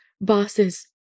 bosses